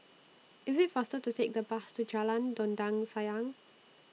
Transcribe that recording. IS IT faster to Take The Bus to Jalan Dondang Sayang